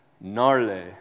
gnarly